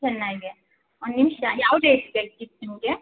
ಚೆನ್ನೈಗೆ ಒಂದು ನಿಮಿಷ ಯಾವ ಡೇಟ್ಸ್ ಬೇಕಿತ್ತು ನಿಮಗೆ